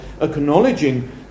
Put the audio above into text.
acknowledging